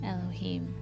Elohim